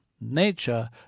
nature